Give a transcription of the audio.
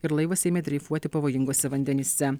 ir laivas ėmė dreifuoti pavojinguose vandenyse